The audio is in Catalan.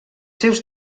seus